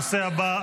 הנושא הבא,